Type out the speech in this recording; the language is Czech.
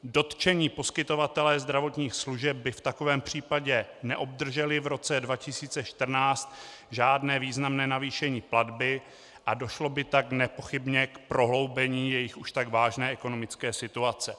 Dotčení poskytované zdravotních služeb by v takovém případě neobdrželi v roce 2014 žádné významné navýšení platby a došlo by tak nepochybně k prohloubení jejich už tak vážné ekonomické situace.